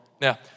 Now